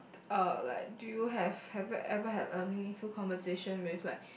uh like do you have have you ever had a meaningful conversation with like